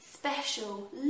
special